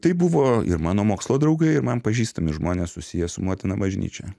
tai buvo ir mano mokslo draugai ir man pažįstami žmonės susiję su motina bažnyčia